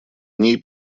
ней